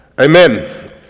Amen